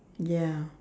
ya